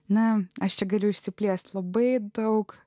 na aš čia galiu išsiplėsti labai daug